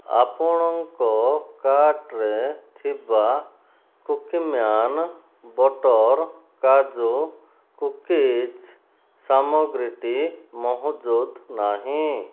ଆପଣଙ୍କ କାର୍ଟ୍ରେ ଥିବା କୁକୀମ୍ୟାନ୍ ବଟର୍ କାଜୁ କୁକିଜ୍ ସାମଗ୍ରୀଟି ମହଜୁଦ ନାହିଁ